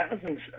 Thousands